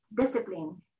discipline